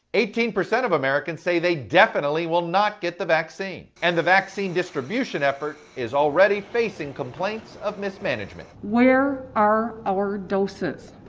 eighteen percent of americans say they definitely will not get the vaccine, and the vaccine distribution effort is already facing complaints of mismanagement. where are our doses?